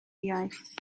iaith